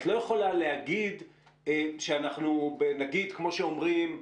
נגיד, כמו שאומרים,